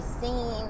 seen